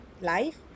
life